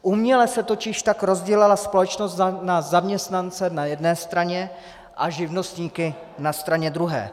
Uměle se totiž tak rozdělila společnost na zaměstnance na jedné straně a živnostníky na straně druhé.